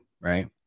right